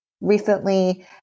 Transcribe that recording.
recently